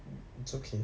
mm it's okay